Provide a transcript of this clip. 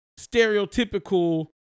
stereotypical